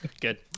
Good